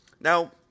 Now